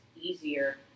easier